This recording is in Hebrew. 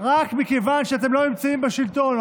רק מכיוון שאתם לא נמצאים בשלטון,